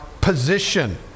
position